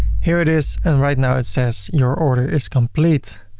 here it is and right now it says your order is complete.